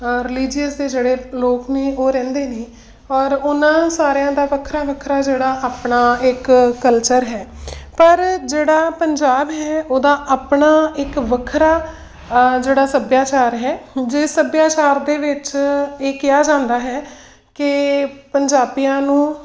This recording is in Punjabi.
ਰਿਲੀਜੀਅਸ ਦੇ ਜਿਹੜੇ ਲੋਕ ਨੇ ਉਹ ਰਹਿੰਦੇ ਨੇ ਔਰ ਉਹਨਾਂ ਸਾਰਿਆਂ ਦਾ ਵੱਖਰਾ ਵੱਖਰਾ ਜਿਹੜਾ ਆਪਣਾ ਇੱਕ ਕਲਚਰ ਹੈ ਪਰ ਜਿਹੜਾ ਪੰਜਾਬ ਹੈ ਉਹਦਾ ਆਪਣਾ ਇੱਕ ਵੱਖਰਾ ਜਿਹੜਾ ਸੱਭਿਆਚਾਰ ਹੈ ਜੇ ਸੱਭਿਆਚਾਰ ਦੇ ਵਿੱਚ ਇਹ ਕਿਹਾ ਜਾਂਦਾ ਹੈ ਕਿ ਪੰਜਾਬੀਆਂ ਨੂੰ